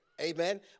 amen